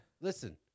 Listen